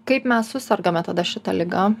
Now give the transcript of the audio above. kaip mes susergame tada šita liga